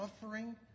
suffering